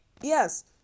Yes